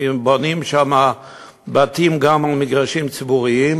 כי הם בונים שם בתים גם על מגרשים ציבוריים,